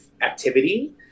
activity